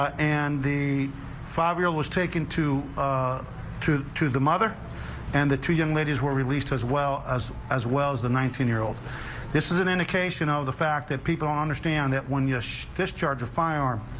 and the five year was taken to ah to the mother and the two young ladies were released as well as as well as the nineteen year-old this is an indication ah of the fact that people understand that when you rush discharge a firearm.